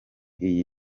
iyi